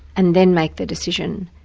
and then make the decision.